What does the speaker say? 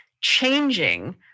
changing